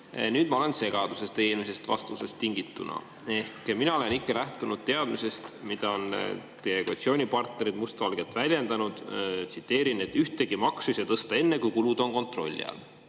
Nüüd ma olen segaduses teie eelmisest vastusest tingituna. Mina olen ikka lähtunud teadmisest, mida on teie koalitsioonipartnerid must valgel väljendanud, tsiteerin: ühtegi maksu ei saa tõsta enne, kui kulud on kontrolli all.